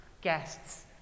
guests